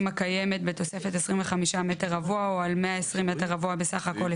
הקיימת בתוספת 25 מ"ר או על 120 מ"ר בסך הכול,